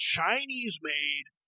Chinese-made